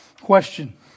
Question